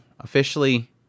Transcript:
Officially